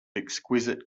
exquisite